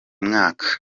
mwaka